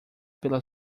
pela